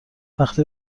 وقتی